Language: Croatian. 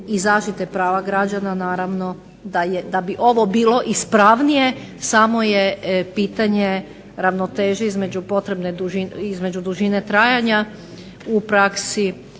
zaštite prava građana naravno da bi ovo bilo ispravnije samo je pitanje ravnoteže između dužine trajanja u praksi